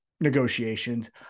negotiations